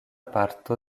parto